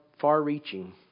far-reaching